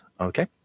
okay